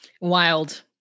Wild